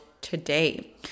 today